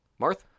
Marth